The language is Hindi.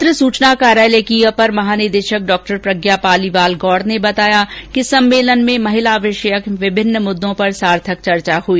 पत्र सूचना कार्यालय की अपर महानिदेशक डॉ प्रज्ञा पालीवाल गौड़ ने बताया कि सम्मेलन में महिला विषयक विभिन्न मुददों पर सार्थक चर्चा हई